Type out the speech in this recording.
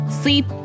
sleep